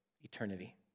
eternity